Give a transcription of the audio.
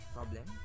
Problem